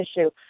issue